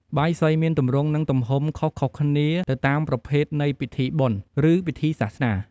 បាយសីមានទម្រង់ និងទំហំខុសៗគ្នាទៅតាមប្រភេទនៃពិធីបុណ្យ ឬពិធីសាសនា។